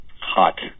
hot